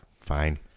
Fine